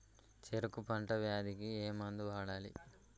చెరుకు పంట వ్యాధి కి ఏ మందు వాడాలి?